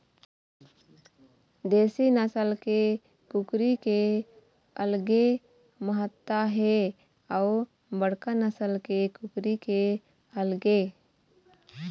देशी नसल के कुकरी के अलगे महत्ता हे अउ बड़का नसल के कुकरी के अलगे